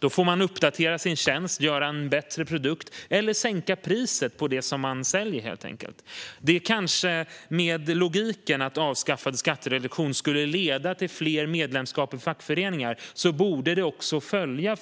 De får uppdatera sin tjänst, göra en bättre produkt eller sänka priset på det som man säljer. Med logiken att skattereduktion skulle leda till fler medlemskap i fackföreningar borde också följa